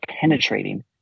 penetrating